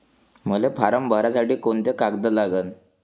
मले फारम भरासाठी कोंते कागद लागन?